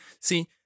See